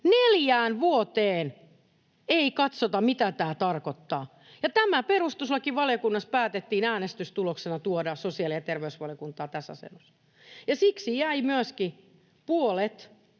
neljään vuoteen ei katsota, mitä tämä tarkoittaa. Ja tämä perustuslakivaliokunnassa päätettiin äänestystuloksena tuoda sosiaali- ja terveysvaliokuntaan tässä asennossa. Siksi jäi myöskin puolet